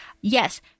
Yes